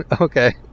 Okay